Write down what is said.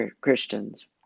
Christians